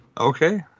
Okay